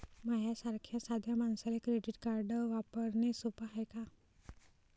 माह्या सारख्या साध्या मानसाले क्रेडिट कार्ड वापरने सोपं हाय का?